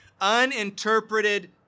uninterpreted